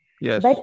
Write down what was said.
Yes